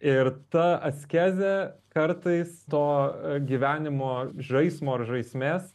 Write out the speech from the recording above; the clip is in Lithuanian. ir ta askezė kartais to gyvenimo žaismo ar žaismės